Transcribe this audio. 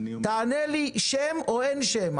תענה לי שם או שתגיד שאין שם.